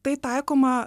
tai taikoma